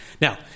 Now